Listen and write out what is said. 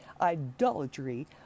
idolatry